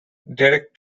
derek